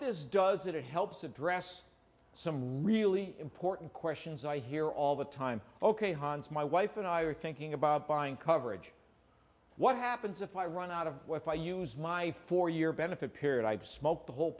this does it helps address some really important questions i hear all the time ok hans my wife and i are thinking about buying coverage what happens if i run out of if i use my four year benefit period i smoked the whole